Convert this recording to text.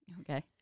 Okay